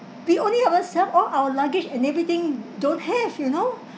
we only ourselves all our luggage and everything don't have you know